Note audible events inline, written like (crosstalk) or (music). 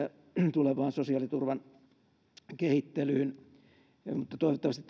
tulevaan sosiaaliturvan kehittelyyn toivottavasti (unintelligible)